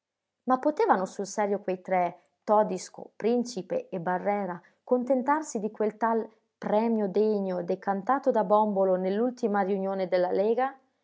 ma potevano sul serio quei tre todisco principe e barrera contentarsi di quel tal premio degno decantato da bòmbolo nell'ultima riunione della lega